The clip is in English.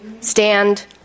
stand